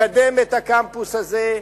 לקדם את הקמפוס הזה,